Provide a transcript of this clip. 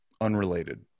unrelated